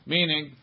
Meaning